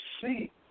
see